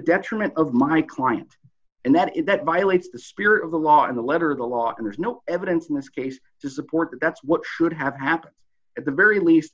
detriment of my client and that is that violates the spirit of the law and the letter of the law and there's no evidence in this case to support that's what should have happened at the very least